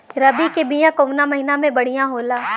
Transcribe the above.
रबी के बिया कवना महीना मे बढ़ियां होला?